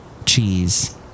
Cheese